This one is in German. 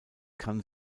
kann